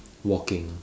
walking